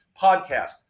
podcast